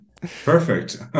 Perfect